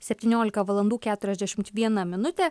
septyniolika valandų keturiasdešimt viena minutė